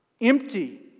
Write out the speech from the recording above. empty